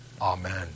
Amen